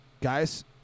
Guys